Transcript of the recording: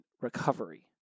recovery